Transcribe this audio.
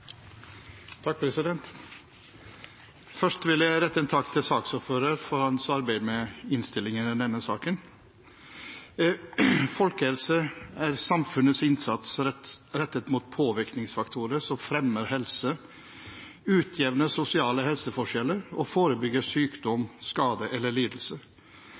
takk til saksordføreren for hans arbeid med innstillingen i denne saken. Folkehelse er samfunnets innsats rettet mot påvirkningsfaktorer som fremmer helse, utjevner sosiale helseforskjeller og forebygger sykdom, skade eller lidelse.